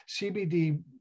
cbd